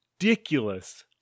ridiculous